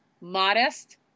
modest